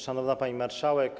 Szanowna Pani Marszałek!